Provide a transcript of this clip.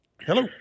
Hello